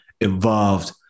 involved